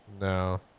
no